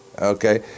okay